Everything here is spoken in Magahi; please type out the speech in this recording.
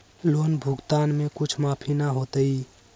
लोन भुगतान में कुछ माफी न होतई?